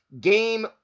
Game